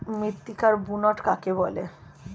মৃত্তিকার বুনট কাকে বলে?